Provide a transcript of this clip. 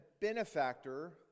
benefactor